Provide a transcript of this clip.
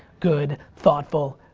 good, thoughtful,